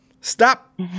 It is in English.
Stop